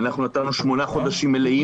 אנחנו נתנו שמונה חודשים מלאים,